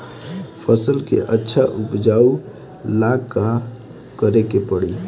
फसल के अच्छा उपजाव ला का करे के परी?